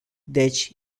deci